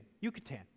Yucatan